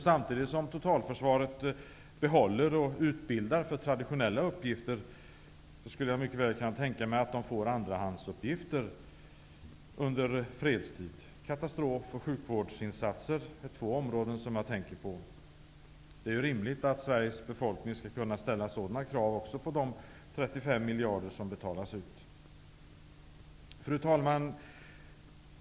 Samtidigt som totalförsvaret utbildar för traditionella uppgifter, skulle jag mycket väl kunna tänka mig att de får andrahandsuppgifter under fredstid. Katastrof och sjukvårdsinsatser är två områden jag tänker på. Det är rimligt att Sveriges befolkning skall kunna ställa även sådana krav på de 35 miljarder kronor som betalas ut. Fru talman!